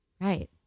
Right